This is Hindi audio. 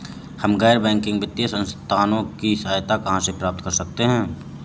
हम गैर बैंकिंग वित्तीय संस्थानों की सहायता कहाँ से प्राप्त कर सकते हैं?